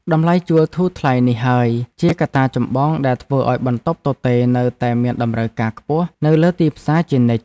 តម្លៃជួលធូរថ្លៃនេះហើយជាកត្តាចម្បងដែលធ្វើឱ្យបន្ទប់ទទេរនៅតែមានតម្រូវការខ្ពស់នៅលើទីផ្សារជានិច្ច។